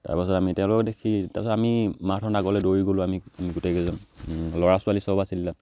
তাৰপাছত আমি তেওঁলোকক দেখি তাৰপাছত আমি মাৰাথন আগলৈ দৌৰি গ'লোঁ আমি গোটেইকেইজন ল'ৰা ছোৱালী চব আছিল তাত